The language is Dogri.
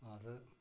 अस